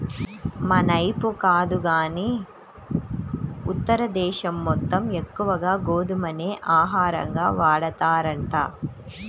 మనైపు కాదు గానీ ఉత్తర దేశం మొత్తం ఎక్కువగా గోధుమనే ఆహారంగా వాడతారంట